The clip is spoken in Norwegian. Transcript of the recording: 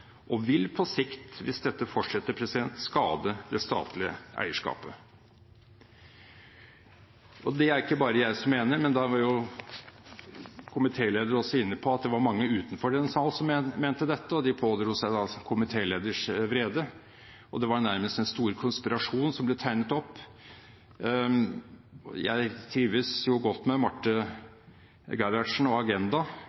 og vil på sikt, hvis dette fortsetter, skade det statlige eierskapet. Det er det ikke bare jeg som mener, men, det var komitéleder også inne på, det var mange utenfor denne sal som mente dette, og de pådro seg da altså komitéleders vrede. Det var nærmest en stor konspirasjon som ble tegnet opp. Jeg trives jo godt med